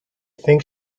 think